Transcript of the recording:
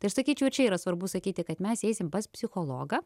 tai aš sakyčiau ir čia yra svarbu sakyti kad mes eisim pas psichologą